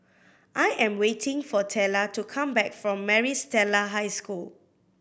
I am waiting for Tella to come back from Maris Stella High School